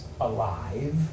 alive